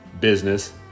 business